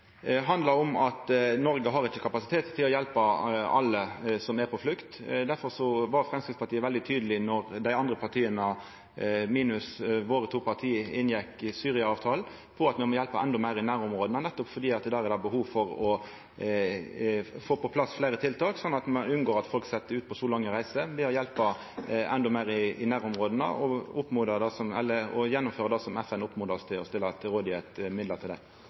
handlar om at Noreg ikkje har kapasitet til å hjelpa alle som er på flukt. Derfor var Framstegspartiet veldig tydeleg på då partia – minus våre to parti – inngjekk Syria-avtalen, at me må hjelpa endå meir i nærområda, fordi det der er behov for å få på plass fleire tiltak slik at ein unngår at folk set ut på så lange reiser. Ved å hjelpa endå meir i nærområda gjennomfører vi det som FN oppmodar oss om å løyve midlar til. Replikkordskiftet er omme. De valgene vi gjør i